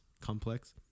complex